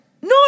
no